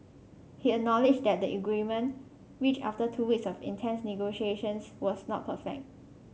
he acknowledged that the agreement reached after two weeks of intense negotiations was not perfect